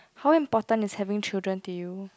how important is having children to you